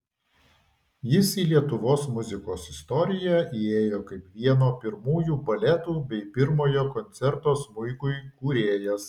jis į lietuvos muzikos istoriją įėjo kaip vieno pirmųjų baletų bei pirmojo koncerto smuikui kūrėjas